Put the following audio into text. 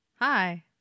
Hi